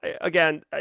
Again